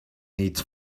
needs